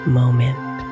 moment